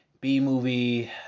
b-movie